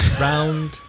Round